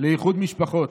לאיחוד משפחות.